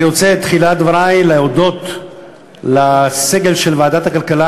אני רוצה בתחילת דברי להודות לסגל של ועדת הכלכלה